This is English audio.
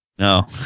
no